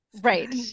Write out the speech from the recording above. right